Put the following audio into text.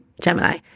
Gemini